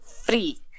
free